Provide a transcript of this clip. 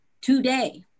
today